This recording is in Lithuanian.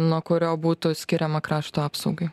nuo kurio būtų skiriama krašto apsaugai